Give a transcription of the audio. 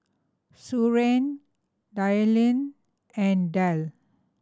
Soren Dylan and Del